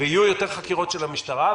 ויהיו יותר חקירות של המשטרה.